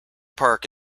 park